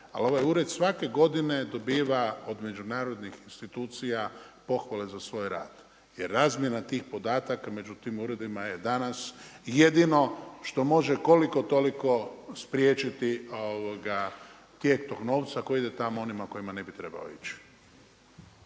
ove godine, a svake godine dobiva od međunarodnih institucija pohvale za svoj rad. Jer razmjena tih podataka među tim uredima je danas jedino što može koliko toliko spriječiti tijek tog novca koji ide tamo onima kojima ne bi trebao ići.